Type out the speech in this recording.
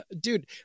dude